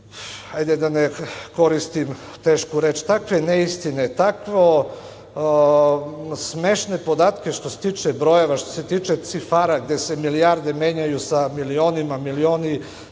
hajde da ne koristim tešku reč, takve neistine, tako smešne podatke što se tiče brojeva, što se tiče cifara, gde se milijarde menjaju sa milionima, milioni sa